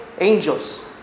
angels